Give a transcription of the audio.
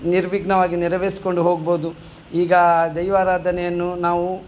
ನಿರ್ವಿಘ್ನವಾಗಿ ನೆರವೇರಿಸಿಕೊಂಡು ಹೋಗ್ಬೋದು ಈಗ ಆ ದೈವಾರಾಧನೆಯನ್ನು ನಾವು